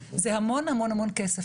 זה המון המון כסף.